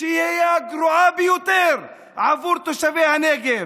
שהיא הגרועה ביותר בעבור תושבי הנגב.